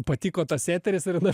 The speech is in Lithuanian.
patiko tas eteris ar ne